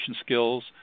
skills